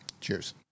cheers